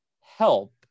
help